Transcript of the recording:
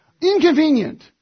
inconvenient